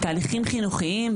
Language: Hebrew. תהליכים חינוכיים,